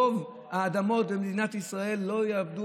את רוב האדמות במדינת ישראל לא יעבדו